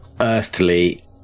earthly